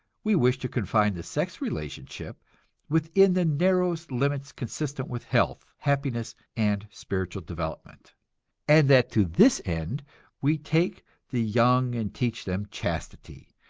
we wish to confine the sex relationship within the narrowest limits consistent with health, happiness and spiritual development and that to this end we take the young and teach them chastity,